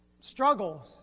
struggles